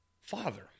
Father